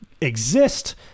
exist